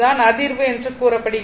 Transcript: அதிர்வு எனக் கூறப்படுகிறது